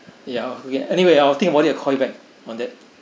ya anyway I will think about it I'll call you back on that